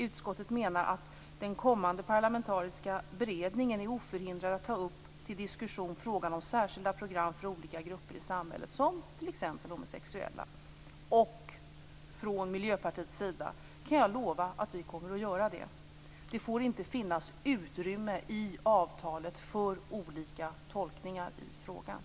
Utskottet menar att den kommande parlamentariska beredningen är oförhindrad att till diskussion ta upp frågan om särskilda program för olika grupper i samhället, som t.ex. homosexuella. Från Miljöpartiets sida kan jag lova att vi kommer att göra det. Det får inte finnas utrymme i avtalet för olika tolkningar i frågan.